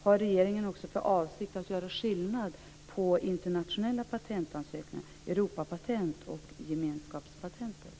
Har regeringen också för avsikt att göra skillnad mellan internationella patentansökningar, Europapatent och gemenskapspatentet?